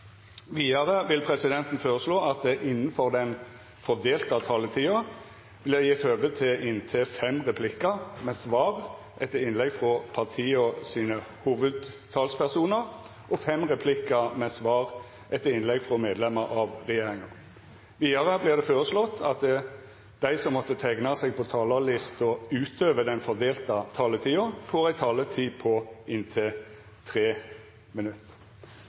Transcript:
Vidare vil presidenten føreslå at det – innanfor den fordelte taletida – vert gjeve høve til replikkordskifte på inntil fem replikkar med svar etter innlegg frå partia sine hovudtalspersonar og fem replikkar med svar etter innlegg frå medlemer av regjeringa. Vidare vert det føreslått at dei som måtte teikna seg på talarlista utover den fordelte taletida, får ei taletid på inntil 3 minutt.